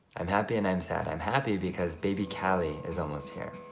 i'm happy and i'm sad. i'm happy because baby callie is almost here.